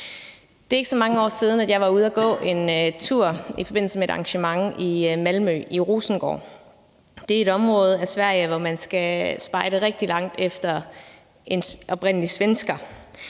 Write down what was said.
Det er ikke så mange år siden, jeg var ude at gå en tur i forbindelse med et arrangement i Rosengård i Malmø. Det er et område af Sverige, hvor man skal spejde rigtig langt efter en oprindelig svensker.